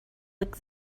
lick